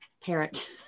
parent